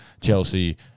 Chelsea